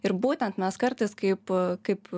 ir būtent mes kartais kaip kaip